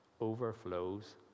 overflows